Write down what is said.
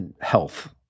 health